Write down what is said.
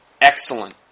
Excellent